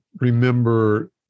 remember